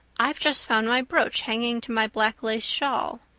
i've just found my brooch hanging to my black lace shawl.